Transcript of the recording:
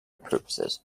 purposes